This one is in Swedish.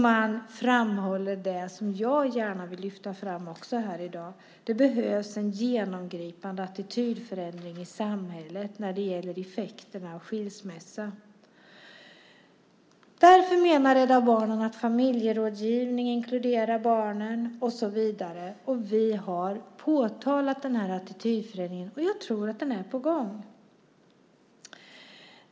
Man framhåller det som jag gärna vill lyfta fram här i dag: Det behövs en genomgripande attitydförändring i samhället när det gäller effekterna av skilsmässa. Därför menar Rädda Barnen att familjerådgivningen bör inkludera barnen. Vi har påtalat den här attitydförändringen, och jag tror att den är på gång.